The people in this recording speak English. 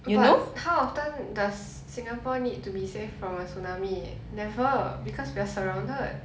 but how often does singapore need to be saved from a tsunami never because we're surrounded